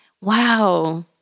wow